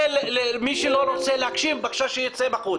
מי שלא רוצה להקשיב, בבקשה שייצא בחוץ.